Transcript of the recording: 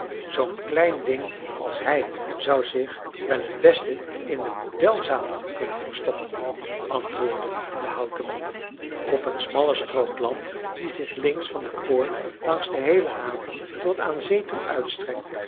zoo'n klein ding als hij zou zich wel t beste in de modelzaal kunnen verstoppen antwoordde de houten man op een smalle strook land die zich links van de poort langs de heele haven tot aan zee toe uitstrekte